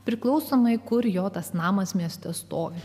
priklausomai kur jo tas namas mieste stovi